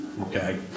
Okay